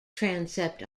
transept